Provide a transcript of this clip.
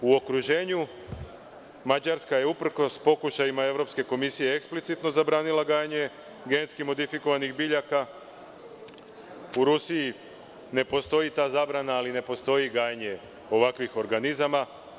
U okruženju Mađarska je uprkos pokušajima Evropske komisije eksplicitno zabranila gajenje GMO, u Rusiji ne postoji ta zabrana, ali i ne postoji i gajenje ovakvih organizama.